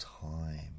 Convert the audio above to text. time